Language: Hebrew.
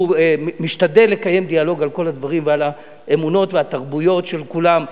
הוא משתדל לקיים דיאלוג על כל הדברים ועל האמונות והתרבויות של כולם,